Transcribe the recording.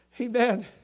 Amen